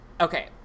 okay